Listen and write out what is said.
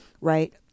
Right